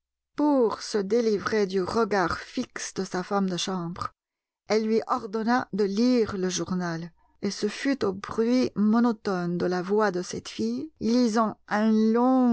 pour se délivrer du regard fixe de sa femme de chambre elle lui ordonna de lire le journal et ce fut au bruit monotone de la voix de cette fille lisant un long